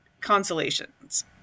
Consolations